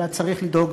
אלא צריך לדאוג